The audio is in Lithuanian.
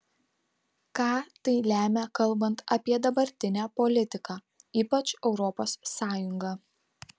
ką tai lemia kalbant apie dabartinę politiką ypač europos sąjungą